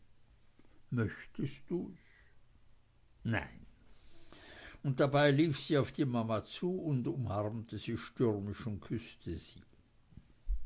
möchtest du's nein und dabei lief sie auf die mama zu und umarmte sie stürmisch und küßte sie